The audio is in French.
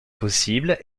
possible